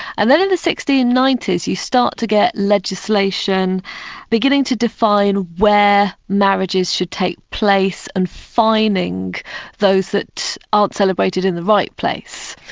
and then in the sixteen ninety s you start to get legislation beginning to define where marriages should take place and fining those that aren't celebrated in the right place,